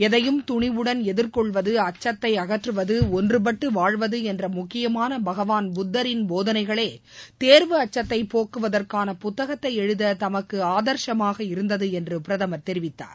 எதையும் துணிவுடன் எதிர்கொள்வது அச்சத்தை அகற்றுவது ஒன்றுபட்டு வாழ்வது என்ற முக்கியமான பகவான் புத்தரின் போதனைகளே தேர்வு அச்சத்தை போக்குவதற்கான புத்தகத்தை எழுத தமக்கு ஆதர்சமாக இருந்தது என்று பிரதமர் தெரிவித்தார்